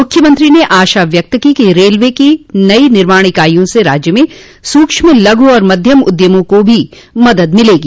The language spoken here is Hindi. मुख्यमंत्री ने आशा व्यक्त की कि रेलवे की नई निर्माण इकाइयों से राज्य में सूक्ष्म लघु और मध्यम उद्यमों को भी मदद मिलेगी